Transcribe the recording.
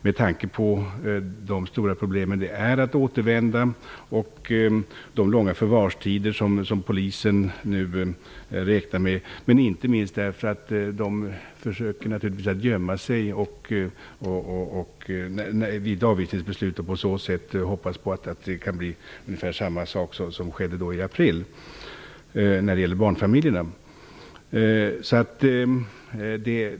Det innebär stora problem att återvända, och polisen räknar nu med långa förvarstider. Bosnierna försöker naturligvis gömma sig vid avvisningsbeslut och hoppas att det som skedde i april när det gäller barnfamiljerna också kan ske nu.